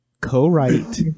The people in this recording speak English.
co-write